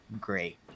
great